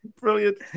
brilliant